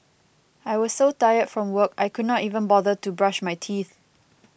I was so tired from work I could not even bother to brush my teeth